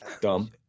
Dumb